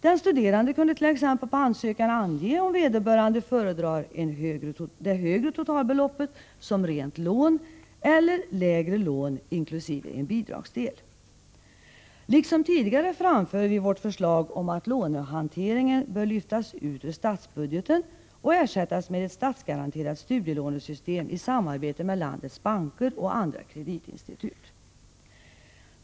Den studerande kunde t.ex. på ansökan ange om vederbörande föredrar det högre totalbeloppet som rent lån eller lägre lån inkl. en bidragsdel. Liksom tidigare framför vi vårt förslag om att lånehanteringen bör lyftas ut ur statsbudgeten och ersättas med ett statsgaranterat studielånesystem i samarbete med landets banker och andra kreditinstitut.